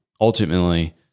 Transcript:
ultimately